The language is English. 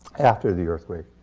after the earthquake.